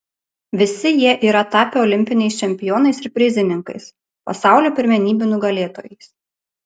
visi jie yra tapę olimpiniais čempionais ir prizininkais pasaulio pirmenybių nugalėtojais